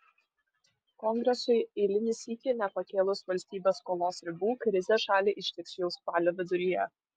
kongresui eilinį sykį nepakėlus valstybės skolos ribų krizė šalį ištiks jau spalio viduryje